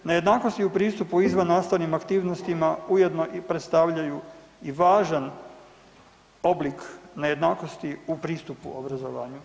Nejednakosti u pristupu u izvan nastavnim aktivnostima ujedno i predstavljaju i važan oblik nejednakosti u pristupu obrazovanja.